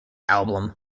album